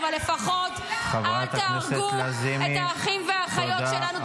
אבל לפחות אל תהרגו את האחים והאחיות שלנו.